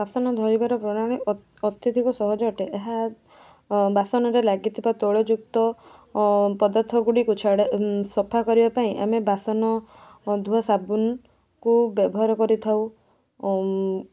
ବାସନ ଧୋଇବାର ପ୍ରଣାଳୀ ଅତ୍ୟଧିକ ସହଜ ଅଟେ ଏହା ବାସନରେ ଲାଗିଥିବା ତୈଳଯୁକ୍ତ ପଦାର୍ଥ ଗୁଡ଼ିକୁ ଛାଡ଼ି ସଫାକରିବା ପାଇଁ ଆମେ ବାସନ ଧୁଆ ସାବୁନକୁ ବ୍ୟବହାର କରିଥାଉ ଆଉ